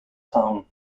town